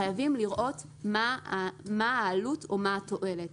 חייבים לראות מה העלות או מה התועלת.